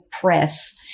press